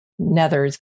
nethers